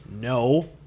no